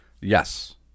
Yes